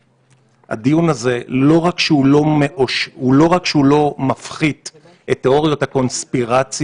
הדיון הזה לא רק שהוא לא מפחית את תיאוריות הקונספירציה,